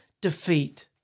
defeat